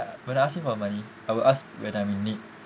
when I ask him for money I will ask when I'm in need